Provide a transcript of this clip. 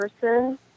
person